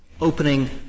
opening